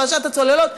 פרשת הצוללות,